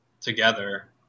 together